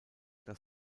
das